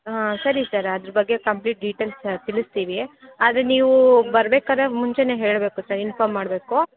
ಹಾಂ ಸರಿ ಸರ್ ಅದ್ರ ಬಗ್ಗೆ ಕಂಪ್ಲೀಟ್ ಡೀಟೇಲ್ಸ್ ತಿಳಿಸ್ತೀವಿ ಆದ್ರೆ ನೀವು ಬರ್ಬೇಕಾದ್ರೆ ಮುಂಚೆಯೇ ಹೇಳಬೇಕು ಸರ್ ಇನ್ಫಾಮ್ ಮಾಡಬೇಕು